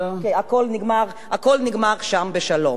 הכול נגמר שם בשלום.